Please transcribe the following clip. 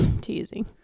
Teasing